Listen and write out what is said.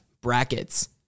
brackets